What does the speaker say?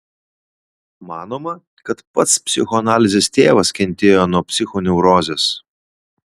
manoma kad pats psichoanalizės tėvas kentėjo nuo psichoneurozės